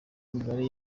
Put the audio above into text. imibare